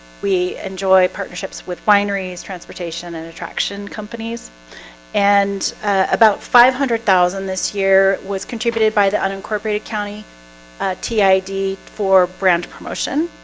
we enjoy partnerships with wineries transportation and attraction companies and about five hundred thousand this year was contributed by the unincorporated county tid for brand promotion